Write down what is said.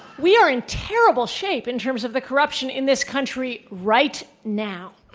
we are in terrible shape in terms of the corruption in this country right now.